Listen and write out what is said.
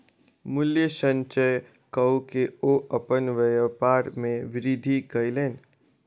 मूल्य संचय कअ के ओ अपन व्यापार में वृद्धि कयलैन